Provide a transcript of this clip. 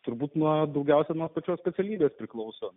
turbūt nuodų gautumėme pusę specialybės priklauso